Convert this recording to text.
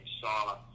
saw